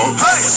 hey